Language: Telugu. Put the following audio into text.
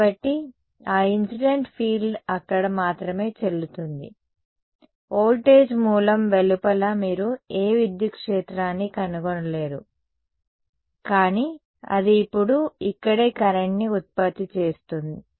కాబట్టి ఆ ఇన్సిడెంట్ ఫీల్డ్ అక్కడ మాత్రమే చెల్లుతుంది వోల్టేజ్ మూలం వెలుపల మీరు ఏ విద్యుత్ క్షేత్రాన్ని కనుగొనలేరు కానీ ఇది ఇప్పుడు ఇక్కడే కరెంట్ని ఉత్పత్తి చేసింది